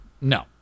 No